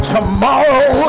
Tomorrow